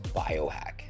biohack